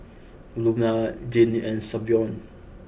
Luna Jeannie and Savion